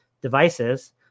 devices